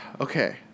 Okay